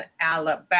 Alabama